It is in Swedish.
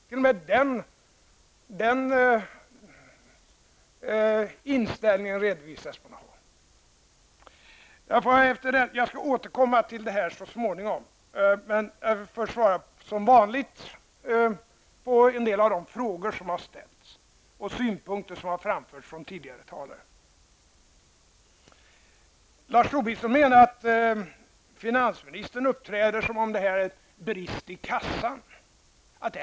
Jag skall så småningom återkomma till detta. Jag vill emellertid först som vanligt svara på en del av de frågor som har ställts och kommentera de synpunkter som har framförts från tidigare talare. Lars Tobisson menar att finansministern uppträder som om det är brist i kassan.